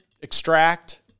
extract